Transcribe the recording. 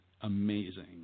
amazing